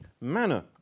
manner